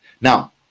Now